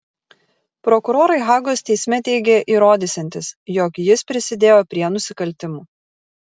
prokurorai hagos teisme teigė įrodysiantys jog jis prisidėjo prie nusikaltimų